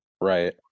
Right